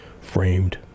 framed